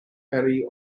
harry